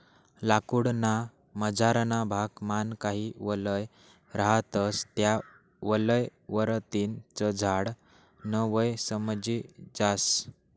लाकूड ना मझारना भाग मान काही वलय रहातस त्या वलय वरतीन च झाड न वय समजी जास